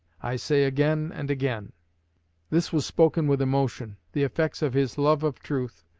i say again and again this was spoken with emotion the effects of his love of truth,